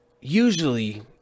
Usually